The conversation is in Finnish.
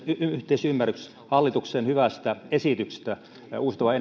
yhteisymmärrys hallituksen hyvästä esityksestä uusiutuvan